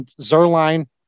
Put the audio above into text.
Zerline